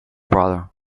brother